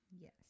Yes